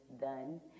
done